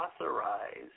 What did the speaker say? authorized